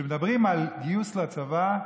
כשמדברים על גיוס לצבא,